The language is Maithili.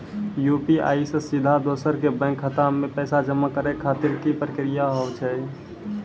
यु.पी.आई से सीधा दोसर के बैंक खाता मे पैसा जमा करे खातिर की प्रक्रिया हाव हाय?